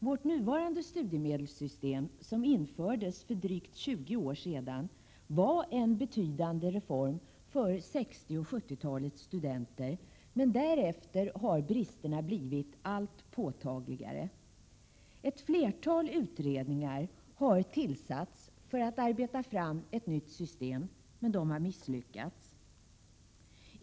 Vårt nuvarande studiemedelssystem, som infördes för drygt 20 år sedan, var en betydande reform för 60 och 70-talets studenter. Men därefter har bristerna blivit allt påtagligare. Ett flertal utredningar har tillsatts för att arbeta fram ett nytt system, men de har misslyckats.